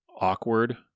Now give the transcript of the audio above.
awkward